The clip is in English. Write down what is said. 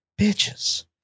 Bitches